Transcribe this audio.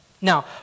Now